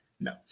No